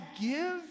give